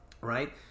right